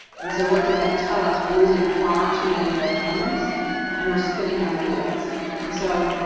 and so, what does that tell us? we're losing far too many of our donors and we're spinning our wheels. and so,